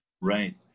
right